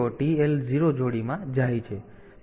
તેથી તે TH0 TL0 જોડીમાં જાય છે